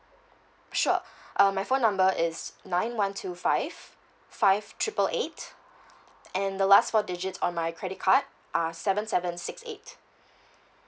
sure uh my phone number is nine one two five five triple eight and the last four digits on my credit card are seven seven six eight